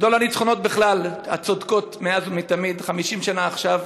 גדול הניצחונות הצודקים בכלל